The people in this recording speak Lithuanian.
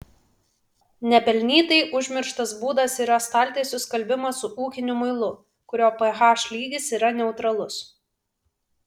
nepelnytai užmirštas būdas yra staltiesių skalbimas su ūkiniu muilu kurio ph lygis yra neutralus